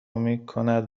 میکند